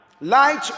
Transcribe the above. Light